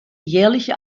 jährliche